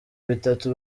bitatu